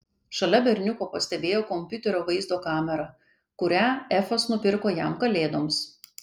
šalia berniuko pastebėjo kompiuterio vaizdo kamerą kurią efas nupirko jam kalėdoms